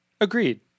Agreed